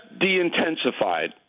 de-intensified